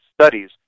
studies